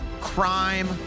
crime